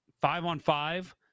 five-on-five